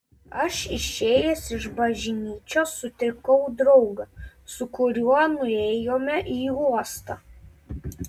aš išėjęs iš bažnyčios sutikau draugą su kuriuo nuėjome į uostą